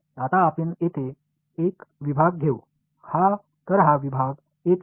आता आपण येथे एक विभाग घेऊ तर हा विभाग येथे